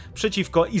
przeciwko